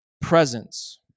Presence